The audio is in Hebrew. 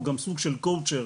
הוא גם סוג של קואוצ'ר,